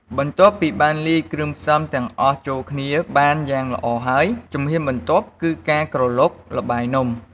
បន្ទាប់ពីបានលាយគ្រឿងផ្សំទាំងអស់ចូលគ្នាបានយ៉ាងល្អហើយ ជំហានបន្ទាប់គឺ ការក្រឡុកល្បាយនំ។